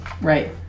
Right